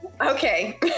Okay